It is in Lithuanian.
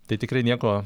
tai tikrai nieko